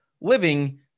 living